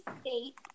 state